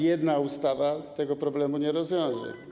Jedna ustawa tego problemu nie rozwiąże.